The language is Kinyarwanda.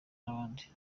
n’abandi